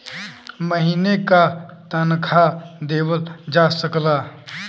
महीने का तनखा देवल जा सकला